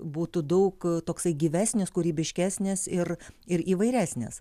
būtų daug toksai gyvesnis kūrybiškesnis ir ir įvairesnis